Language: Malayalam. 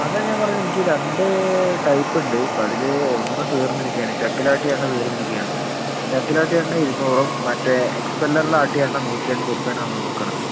അതാണ് ഞാൻ പറഞ്ഞത് എനിക്ക് രണ്ട് ടൈപ്പ് ഉണ്ട് ഇപ്പോൾ അതിൽ ഒന്ന് തീർന്നിരിക്കുകയാണ് ചക്കിലാട്ടിയ എണ്ണ തീർന്നിരിക്കുകയാണ് ചക്കിലാട്ടിയ എണ്ണ ഇരുന്നൂറും മറ്റേ എക്സ്പ്പെല്ലറിൽ ആട്ടിയ എണ്ണ നൂറ്റി എൺപത് ഉറുപ്പികയാണ് നമ്മൾ വിൽക്കണത്